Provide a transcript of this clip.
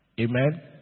Amen